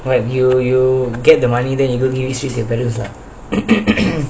what you you get the money then you go visit to your parents ah